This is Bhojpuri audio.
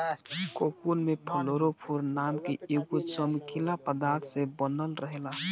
कोकून में फ्लोरोफोर नाम के एगो चमकीला पदार्थ से बनल रहेला